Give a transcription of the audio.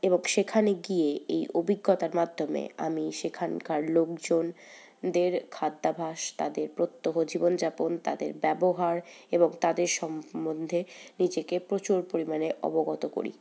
এবং সেখানে গিয়ে এই অভিজ্ঞতার মাধ্যমে আমি সেখানকার লোকজনদের খাদ্যাভাস তাঁদের প্রত্যহ জীবনযাপন তাঁদের ব্যবহার এবং তাঁদের সম্বন্ধে নিজেকে প্রচুর পরিমাণে অবগত করি